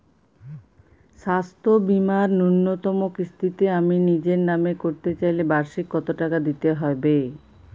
স্বাস্থ্য বীমার ন্যুনতম কিস্তিতে আমি নিজের নামে করতে চাইলে বার্ষিক কত টাকা দিতে হবে?